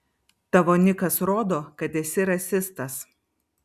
tavo nikas rodo kad esi rasistas